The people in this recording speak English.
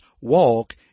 walk